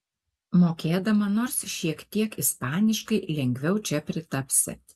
mokėdama nors šiek tiek ispaniškai lengviau čia pritapsi